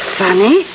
funny